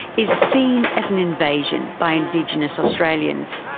is seen as an invasion by indigenous australians,